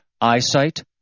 eyesight